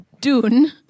Dune